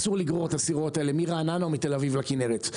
אסור לגרור את הסירות האלה מרעננה או מתל אביב לכנרת.